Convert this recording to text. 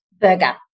burger